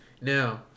Now